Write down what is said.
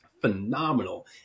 phenomenal